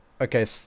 Okay